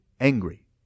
angry